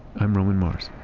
i'm roman mars